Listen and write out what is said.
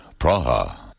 Praha